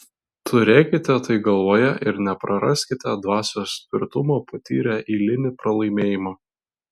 turėkite tai galvoje ir nepraraskite dvasios tvirtumo patyrę eilinį pralaimėjimą